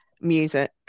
music